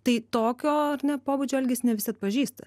tai tokio pobūdžio elgesį ne visi atpažįsta